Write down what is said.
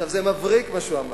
זה מבריק, מה שהוא אמר.